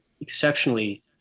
exceptionally